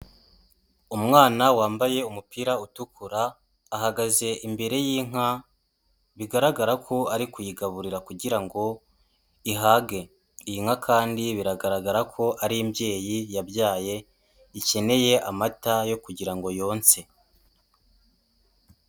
Umwana wambaye umupira utukura, ahagaze imbere y'inka. Bigaragara ko ari kuyigaburira kugira ngo ihage. Iyi nka kandi biragaragara ko ari imbyeyi yabyaye, ikeneye amata yo kugira ngo yonse.